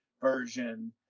version